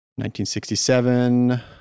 1967